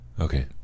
Okay